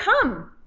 come